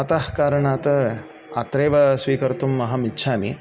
अतःकारणात् अत्रैव स्वीकर्तुम् अहम् इच्छामि